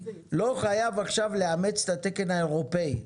לא חייב עכשיו לאמץ את התקן האירופי.